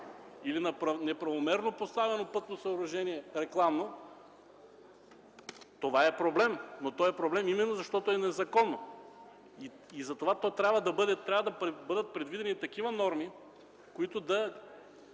или неправомерно поставено рекламно пътно съоръжение, това е проблем, но то е проблем именно защото е незаконно. Затова трябва да бъдат предвидени и такива норми, които да